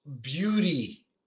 beauty